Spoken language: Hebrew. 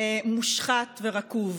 מושחת ורקוב.